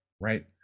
right